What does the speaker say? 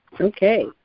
Okay